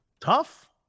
Tough